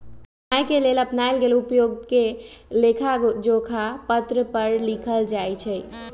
कमाए के लेल अपनाएल गेल उपायके लेखाजोखा पत्र पर लिखल जाइ छइ